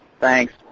thanks